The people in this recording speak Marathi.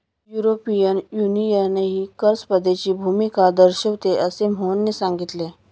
युरोपियन युनियनही कर स्पर्धेची भूमिका दर्शविते, असे मोहनने सांगितले